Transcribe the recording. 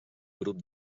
grup